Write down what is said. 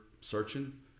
searching